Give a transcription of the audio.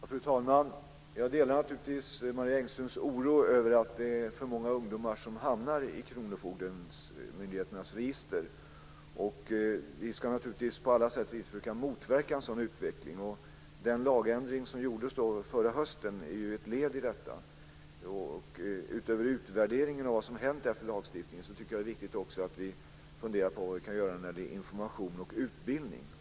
Fru talman! Jag delar naturligtvis Marie Engströms oro över att det är för många ungdomar som hamnar i kronofogdemyndigheternas register. Vi ska naturligtvis på alla sätt och vis försöka motverka en sådan utveckling. Den lagändring som gjordes förra hösten är ett led i detta. Utöver utvärderingen av vad som hänt efter lagändringen tycker jag att det är viktigt att vi också funderar på vad vi kan göra när det gäller information och utbildning.